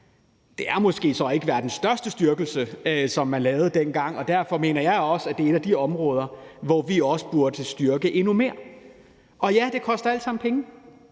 Det er måske så ikke verdens største styrkelse, som man lavede dengang, og derfor mener jeg også, at det er et af de områder, hvor vi burde styrke det endnu mere. Og ja, det koster alt sammen altså